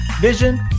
vision